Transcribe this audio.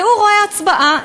והוא רואה הצבעה.